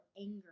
anger